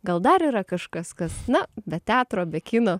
gal dar yra kažkas kas na be teatro be kino